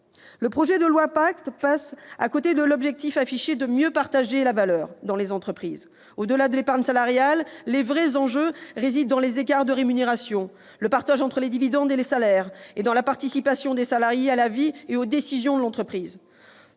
Le projet de loi PACTE passe à côté de l'objectif affiché de mieux partager la valeur dans les entreprises. Au-delà de l'épargne salariale, les vrais enjeux résident dans les écarts de rémunération, dans le partage entre dividendes et salaires ainsi que dans la participation des salariés à la vie et aux décisions de l'entreprise.